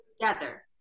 together